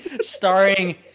starring